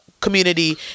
community